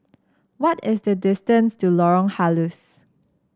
what is the distance to Lorong Halus